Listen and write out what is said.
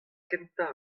kentañ